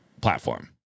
platform